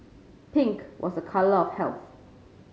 pink was a colour of health